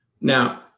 Now